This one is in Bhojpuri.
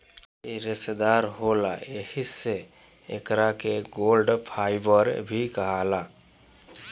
इ रेसादार होला एही से एकरा के गोल्ड फाइबर भी कहाला